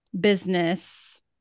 business